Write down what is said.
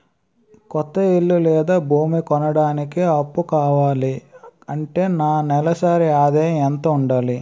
కొత్త ఇల్లు లేదా భూమి కొనడానికి అప్పు కావాలి అంటే నా నెలసరి ఆదాయం ఎంత ఉండాలి?